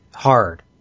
hard